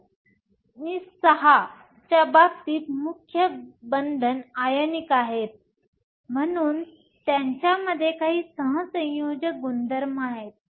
II VI च्या बाबतीत मुख्य बंधन आयनिक आहे म्हणून त्यांच्यामध्ये काही सहसंयोजक गुणधर्म आहेत